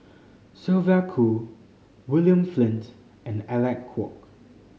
Sylvia Kho William Flint and Alec Kuok